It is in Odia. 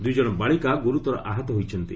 ଦୁଇଜଣ ବାଳିକା ଗୁରୁତର ଆହତ ହୋଇଛନ୍ତି